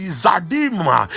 zadima